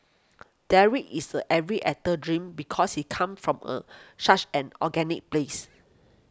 Derek is every actor's dream because he comes from a such an organic place